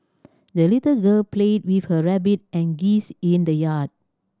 the little girl played with her rabbit and geese in the yard